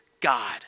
God